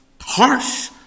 harsh